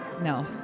No